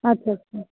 আচ্ছা আচ্ছা